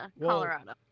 Colorado